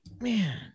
man